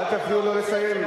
אל תפריעו לו לסיים.